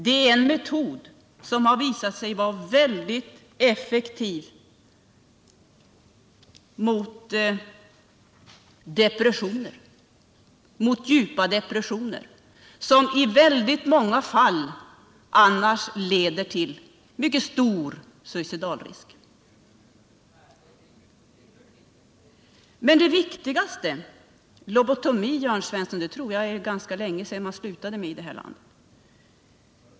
Det är en metod som visat sig vara mycket effektiv mot djupa depressioner, som i väldigt många fall annars leder till en mycket stor suicidialrisk. Lobotomin slutade man med för ganska länge sedan i det här landet, Jörn Svensson.